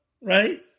right